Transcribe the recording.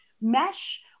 mesh